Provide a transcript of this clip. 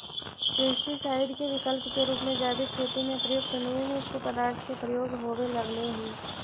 pesticide के विकल्प के रूप में जैविक खेती में प्रयुक्त नीमयुक्त पदार्थ के प्रयोग होवे लगले हि